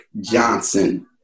Johnson